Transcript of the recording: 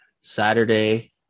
Saturday